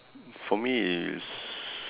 for me it's